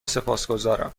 سپاسگزارم